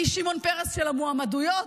אני שמעון פרס של המועמדויות,